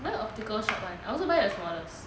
buy the optical shop [one] I also buy the smallest